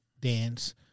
dance